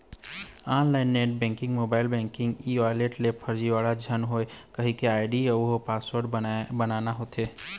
online net banking, mobile banking, e wallet ले फरजीवाड़ा झन होए कहिके आईडी अउ पासवर्ड बनाना होथे